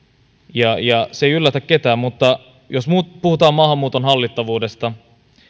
ja ja se ei yllätä ketään mutta jos puhutaan maahanmuuton hallittavuudesta